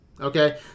Okay